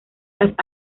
las